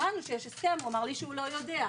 שמענו שיש הסכם, והוא אמר לי שהוא לא יודע.